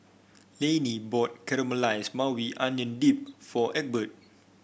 Laney bought Caramelized Maui Onion Dip for Egbert